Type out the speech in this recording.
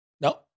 No